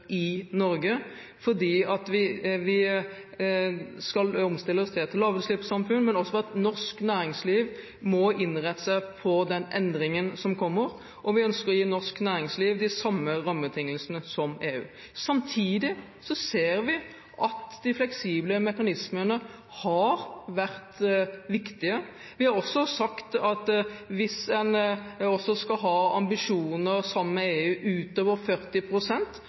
i Norge, fordi vi skal omstille oss til et lavutslippssamfunn, men også fordi norsk næringsliv må innrette seg på den endringen som kommer. Vi ønsker å gi norsk næringsliv de samme rammebetingelsene som EU. Samtidig ser vi at de fleksible mekanismene har vært viktige. Vi har også sagt at hvis en skal ha ambisjoner sammen med EU utover